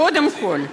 קודם כול,